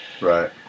Right